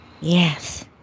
Yes